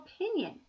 opinion